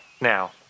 now